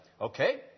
okay